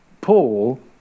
Paul